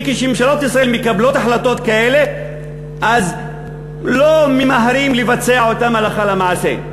וכשממשלות ישראל מקבלות החלטות כאלה אז לא ממהרים לבצע אותן הלכה למעשה.